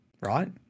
right